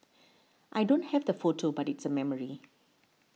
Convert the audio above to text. I don't have the photo but it's a memory